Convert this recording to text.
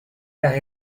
las